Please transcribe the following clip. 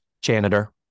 janitor